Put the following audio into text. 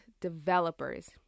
developers